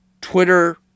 Twitter